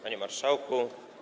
Panie Marszałku!